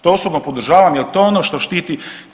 To osobno podržavam, jer to je ono što štiti.